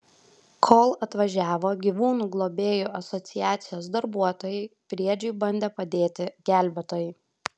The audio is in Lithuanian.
kol atvažiavo gyvūnų globėjų asociacijos darbuotojai briedžiui bandė padėti gelbėtojai